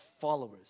followers